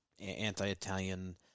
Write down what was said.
anti-Italian